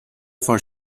for